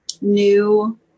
new